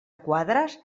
quadres